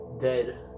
dead